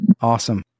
Awesome